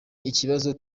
ikibazo